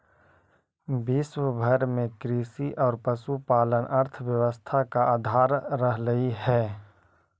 विश्व भर में कृषि और पशुपालन अर्थव्यवस्था का आधार रहलई हे